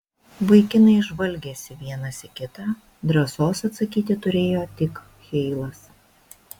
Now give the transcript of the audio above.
vaikinai žvalgėsi vienas į kitą drąsos atsakyti turėjo tik heilas